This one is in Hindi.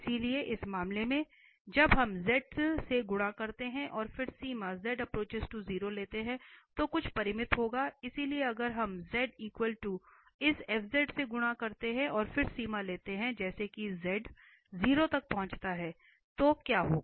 इसलिए इस मामले में जब हम z से गुणा करते हैं और फिर सीमा लेते हैं तो कुछ परिमित होगा इसलिए अगर हम z को इस f से गुणा करते हैं और फिर सीमा लेते हैं जैसे ही z 0 तक पहुंचता है तो क्या होगा